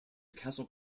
castle